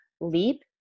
leap